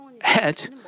head